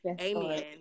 Amen